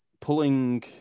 pulling